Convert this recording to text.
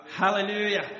Hallelujah